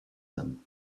them